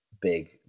big